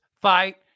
fight